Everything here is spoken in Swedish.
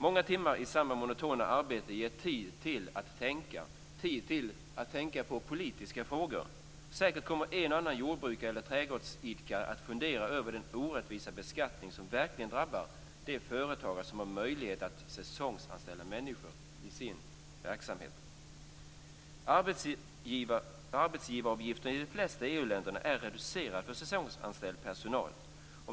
Många timmar i samma monotona arbete ger tid till att tänka, tid att tänka på politiska frågor. Säkert kommer en och annan jordbrukare eller trädgårdsidkare att fundera över den orättvisa beskattning som verkligen drabbar de företagare som har möjlighet att säsongsanställa människor i sin verksamhet. Arbetsgivaravgifterna i de flesta EU-länderna är reducerade för säsongsanställd personal.